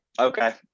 Okay